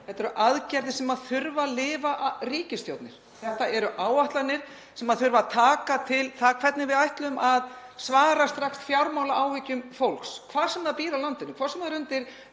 þetta eru aðgerðir sem þurfa að lifa af ríkisstjórnir. Þetta eru áætlanir sem þurfa að taka til þess hvernig við ætlum að svara strax fjármálaáhyggjum fólks, hvar sem það býr á landinu, hvort sem er undir